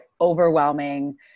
overwhelming